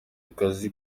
akazi